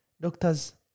Doctors